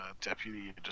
deputy